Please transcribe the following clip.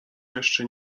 jeszcze